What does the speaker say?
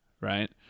right